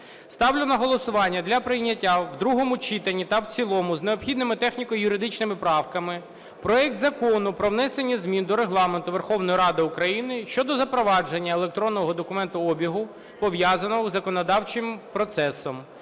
Ставлю на голосування для прийняття в другому читанні та в цілому з необхідними техніко-юридичними правками проект Закону про внесення змін до Регламенту Верховної Ради України щодо запровадження електронного документообігу, пов'язаного із законодавчим процесом